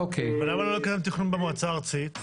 למה לא לקיים תכנון במועצה הארצית?